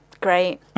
Great